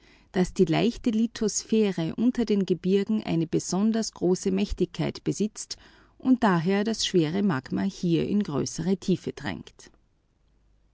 daß die leichte lithosphäre unter den gebirgen verdickt sei und das schwere magma hier in größere tiefe dränge